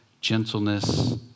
Gentleness